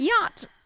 Yacht